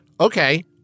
okay